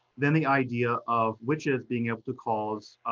then the idea of witches being able to cause,